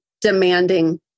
demanding